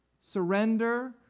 surrender